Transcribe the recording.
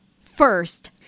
first